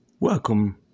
Welcome